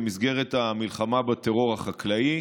במסגרת המלחמה בטרור החקלאי.